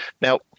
Now